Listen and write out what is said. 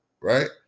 Right